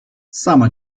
sama